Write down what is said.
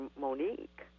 Monique